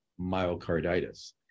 myocarditis